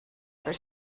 other